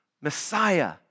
Messiah